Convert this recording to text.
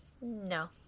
no